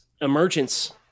emergence